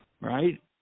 right